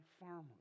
farmers